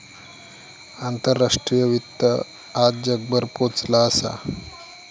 आंतराष्ट्रीय वित्त आज जगभर पोचला असा